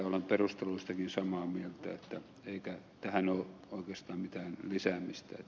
olen perusteluistakin samaa mieltä eikä tähän ole oikeastaan mitään lisäämistä